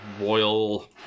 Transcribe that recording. royal